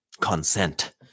consent